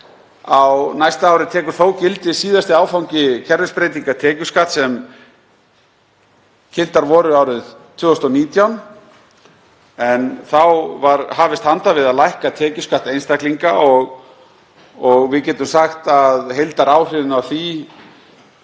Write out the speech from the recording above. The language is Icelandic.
Á næsta ári tekur þó gildi síðasti áfangi kerfisbreytinga tekjuskatts sem kynntar voru árið 2019 en þá var hafist handa við að lækka tekjuskatt einstaklinga og við getum sagt að heildaráhrifin af því